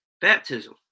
Baptism